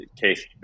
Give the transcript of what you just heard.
case